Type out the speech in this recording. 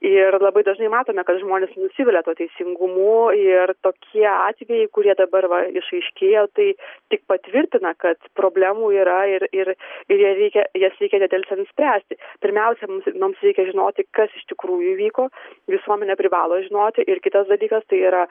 ir labai dažnai matome kad žmonės nusivilia tuo teisingumu ir tokie atvejai kurie dabar va išaiškėjo tai tik patvirtina kad problemų yra ir ir ir ją reikia jas reikia nedelsiant spręsti pirmiausia mums mums reikia žinoti kas iš tikrųjų įvyko visuomenė privalo žinoti ir kitas dalykas tai yra